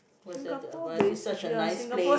what's there to advice it's such a nice place